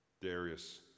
Darius